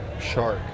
Shark